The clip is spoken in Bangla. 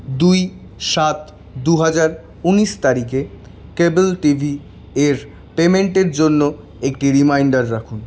দুই সাত দু হাজার উনিশ তারিখে কেবেল টিভির পেমেন্টের জন্য একটি রিমাইন্ডার রাখুন